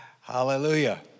Hallelujah